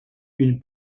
une